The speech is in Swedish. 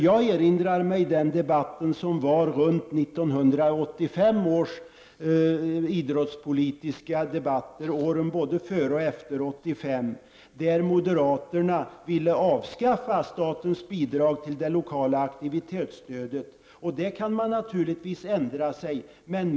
Jag erinrar mig den idrottspolitiska debatt som fördes under åren före och efter 1985. Då ville moderaterna avskaffa statens bidrag till det lokala aktivitetsstödet. Man kan naturligtvis ändra sig.